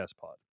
pod